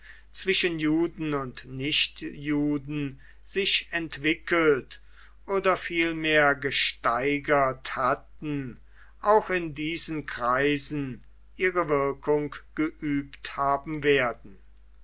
zwischen juden und nichtjuden sich entwickelt oder vielmehr gesteigert hatten auch in diesen kreisen ihre wirkung geübt haben werden